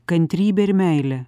kantrybę ir meilę